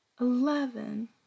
eleven